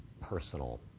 personal